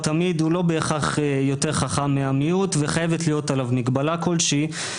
הוא לא בהכרח יותר חכם מהמיעוט וחייבת להיות עליו מגבלה כלשהי.